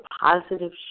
positive